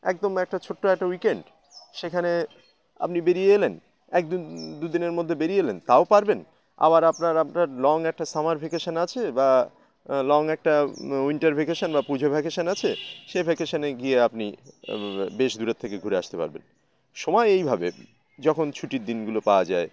একদম একটা ছোট্ট একটা উইকেন্ড সেখানে আপনি বেরিয়ে এলেন এক দু দিনের মধ্যে বেরিয়ে তাও পারবেন আবার আপনার আপনার লং একটা সামার ভেকেশান আছে বা লং একটা উইন্টার ভেকেশান বা পুজো ভেকেশান আছে সেই ভেকেশানে গিয়ে আপনি বেশ দূরের থেকে ঘুরে আসতে পারবেন সময় এইভাবে যখন ছুটির দিনগুলো পাওয়া যায়